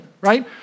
right